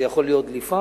זה יכול להיות דליפה,